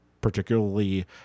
particularly